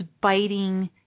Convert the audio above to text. biting